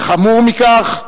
וחמור מכך,